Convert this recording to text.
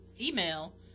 email